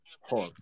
hard